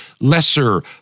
lesser